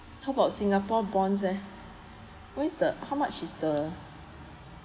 how about singapore bonds eh what is the how much is the